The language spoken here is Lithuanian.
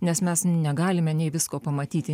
nes mes negalime nei visko pamatyti